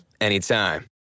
anytime